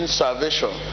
salvation